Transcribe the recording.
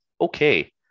Okay